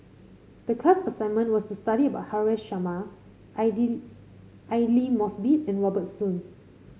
the class assignment was to study about Haresh Sharma Aidli Mosbit and Robert Soon